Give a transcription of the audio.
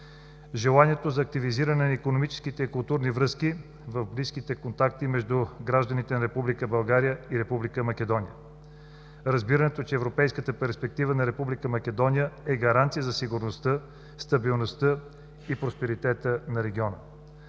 желанието за активизиране на икономическите и културни връзки и близките контакти между гражданите на Република България и Република Македония; - разбирането, че европейската перспектива на Република Македония е гаранция за сигурността, стабилността и просперитета на региона,